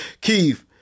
Keith